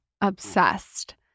obsessed